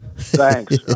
thanks